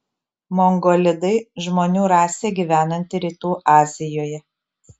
mongolidai žmonių rasė gyvenanti rytų azijoje